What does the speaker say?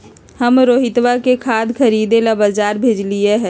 हम रोहितवा के खाद खरीदे ला बजार भेजलीअई र